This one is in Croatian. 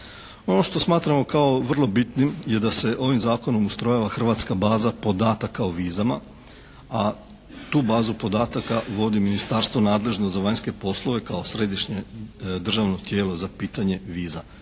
Ono što smatramo kao vrlo bitnim je da se ovim zakonom ustrojava Hrvatska baza podataka o vizama, a tu bazu podataka vodi ministarstvo nadležno za vanjske poslove kao središnje državno tijelo za pitanje viza.